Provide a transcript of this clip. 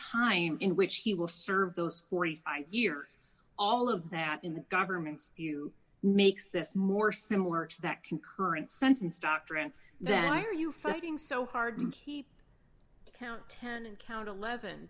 time in which he will serve those forty five years all of that in the government's view makes this more similar to that concurrent sentence doctrine then why are you fighting so hard to keep count ten and count eleven